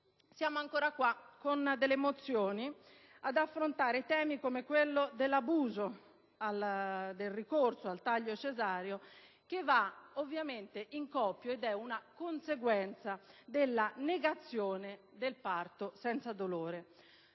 Siamo ancora qua, con alcune mozioni, ad affrontare temi come quello dell'abuso del ricorso al taglio cesareo, che va ovviamente in coppia ed è una conseguenza della negazione del parto senza dolore.